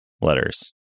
letters